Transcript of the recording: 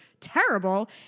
terrible